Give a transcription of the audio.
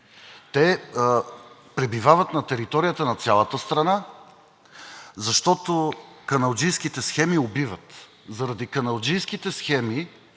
те пребивават на територията на цялата страна, защото каналджийските схеми убиват. Заради каналджийските схеми